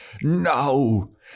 no